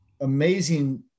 amazing